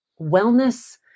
wellness